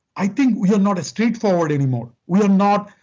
i think we are not as straightforward anymore we are not